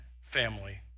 family